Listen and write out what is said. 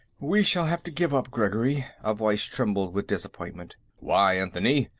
we shall have to give up, gregory, a voice trembled with disappointment. why, anthony?